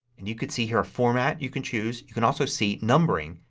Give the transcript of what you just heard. and you could see here format you can choose. you can also see numbering,